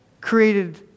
created